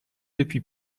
depuis